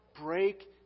break